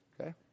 Okay